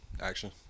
action